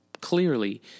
clearly